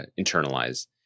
internalize